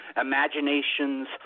Imagination's